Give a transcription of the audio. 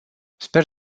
sper